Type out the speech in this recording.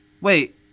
Wait